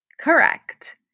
Correct